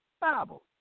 Bible